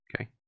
Okay